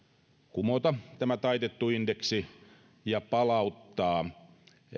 kumota tämä taitettu indeksi ja palauttaa